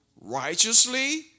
righteously